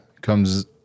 comes